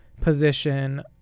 position